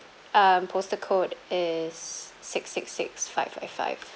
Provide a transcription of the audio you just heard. um postal code is six six six five five five